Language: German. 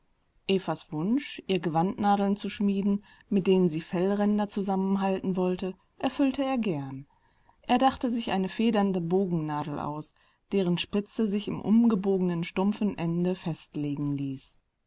wunsch ihr gewandnadeln zu schmieden mit denen sie fellränder zusammenhalten wollte erfüllte er gern er dachte sich eine federnde bogennadel aus deren spitze sich im umgebogenen stumpfen ende festlegen ließ